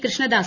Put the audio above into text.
Krishnadas